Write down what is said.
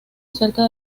cerca